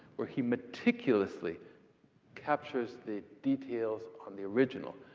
where he meticulously captures the details on the original.